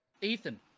Ethan